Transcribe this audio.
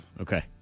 Okay